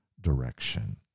direction